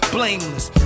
Blameless